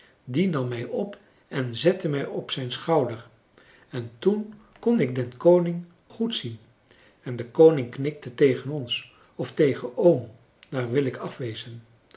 die nam mij op en zette mij op zijn schouder en toen kon ik den koning goed zien en de koning knikte tegen ons of tegen oom daar wil ik af wezen